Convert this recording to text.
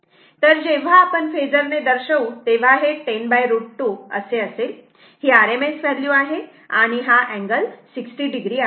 तर जेव्हा आपण फेजर ने दर्शवू तेव्हा हे 10√ 2 असे असेल ही RMS व्हॅल्यू आहे आणि हा अँगल 60 o आहे